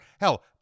Hell